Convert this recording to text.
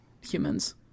humans